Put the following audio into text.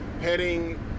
heading